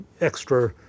extra